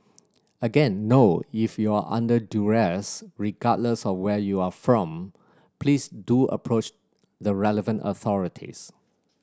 again no if you are under duress regardless of where you are from please do approach the relevant authorities